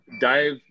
dive